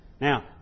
Now